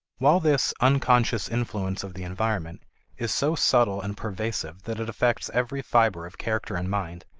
while this unconscious influence of the environment is so subtle and pervasive that it affects every fiber of character and mind,